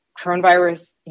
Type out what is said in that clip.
coronavirus